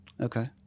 okay